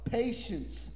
patience